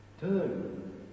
Turn